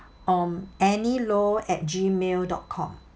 um annie low at gmail dot com